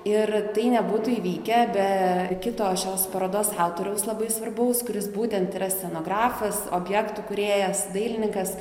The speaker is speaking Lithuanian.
ir tai nebūtų įvykę be kito šios parodos autoriaus labai svarbaus kuris būtent yra scenografas objektų kūrėjas dailininkas